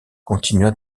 continua